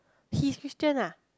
he's Christian ah